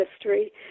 history